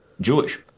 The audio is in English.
Jewish